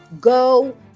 go